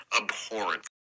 abhorrent